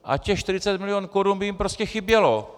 A těch 40 milionů korun by jim prostě chybělo!